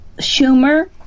Schumer